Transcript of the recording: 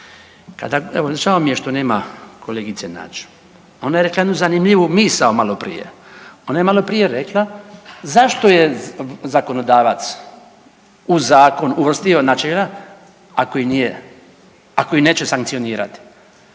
Kada evo žao mi je što nema kolegice Nađ. Ona je rekla jednu zanimljivu misao malo prije. Ona je malo prije rekla zašto je zakonodavac u zakon uvrstio načela, ako ih neće sankcionirati.